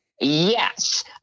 Yes